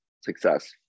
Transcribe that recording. success